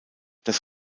das